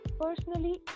personally